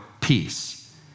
peace